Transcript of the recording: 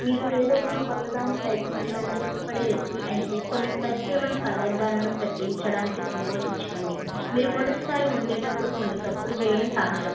మీరు ఏదైనా కొత్తదాన్ని ప్రయత్నించడానికి ఇష్టపడే వ్యక్తి అయితే కొన్ని ప్రత్యేకమైన పదార్థాలను ప్రయత్నించడానికి సంకోచించకండి మీరు మొదటిసారి వండేటప్పుడు కొన్ని తప్పులు చేయడం సహజం